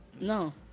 No